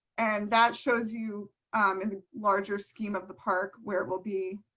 and that shows you in the larger scheme of the park where will be.